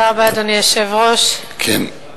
אדוני היושב-ראש, תודה רבה,